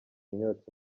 imyotsi